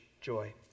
joy